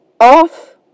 off